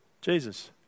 Jesus